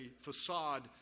facade